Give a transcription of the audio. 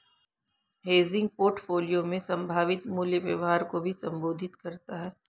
hedging portfolio में संभावित मूल्य व्यवहार को भी संबोधित करता हैं